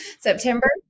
September